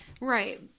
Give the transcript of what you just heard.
Right